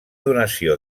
donació